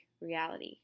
reality